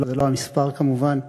זה לא המספר, כמובן.